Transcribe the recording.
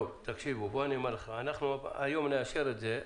אנחנו נאשר את זה היום,